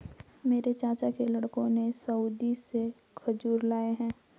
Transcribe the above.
मेरे चाचा के लड़कों ने सऊदी से खजूर लाए हैं